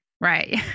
right